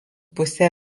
pusę